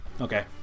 Okay